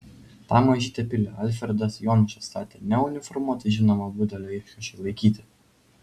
tą mažytę pilį alfredas jonušas statė ne uniformuotai žinomo budelio iškamšai laikyti